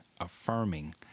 affirming